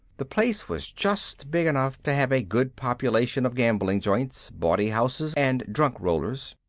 the place was just big enough to have a good population of gambling joints, bawdy houses and drunk-rollers.